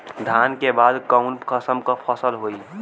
धान के बाद कऊन कसमक फसल होई?